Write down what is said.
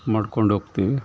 ಮಾಡ್ಕೊಂಡೋಗ್ತೀವಿ